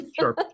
Sure